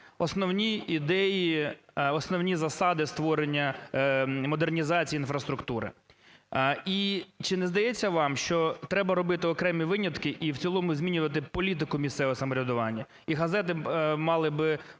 основні ідеї, основні засади створення модернізації інфраструктури. І чи не здається вам, що треба робити окремі винятки і в цілому змінювати політику місцевого самоврядування? І газети мали би